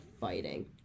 fighting